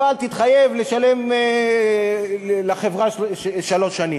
אבל תתחייב לשלם לחברה שלוש שנים.